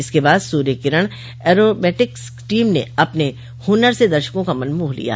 इसके बाद Surya Kiran aerobatics team ने अपने हुनर से दर्शकों का मन मोह लिया